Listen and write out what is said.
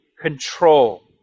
control